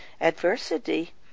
Adversity